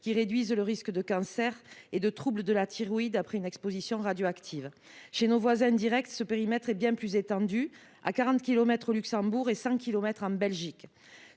qui réduisent le risque de cancer et de troubles de la thyroïde après une exposition radioactive. Chez nos voisins directs, ce périmètre est bien plus étendu- il est de quarante kilomètres